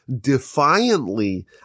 defiantly